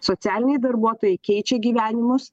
socialiniai darbuotojai keičia gyvenimus